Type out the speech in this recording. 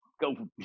go